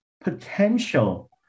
potential